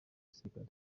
igisirikare